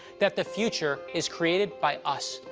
that the future is created by us,